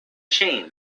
chain